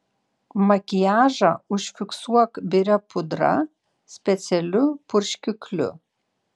makiažą užfiksuok biria pudra specialiu purškikliu